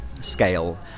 scale